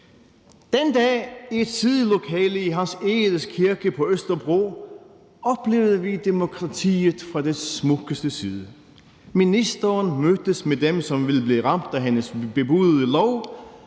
Den dag i et sidelokale i Hans Egede Kirke på Østerbro oplevede vi demokratiet fra dets smukkeste side. Ministeren mødtes med dem, som ville blive ramt af hendes bebudede lov,